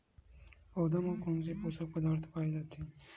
पौधा मा कोन से पोषक पदार्थ पाए जाथे?